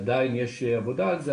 עדיין יש עבודה על זה,